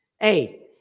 Hey